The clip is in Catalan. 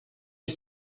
ell